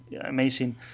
amazing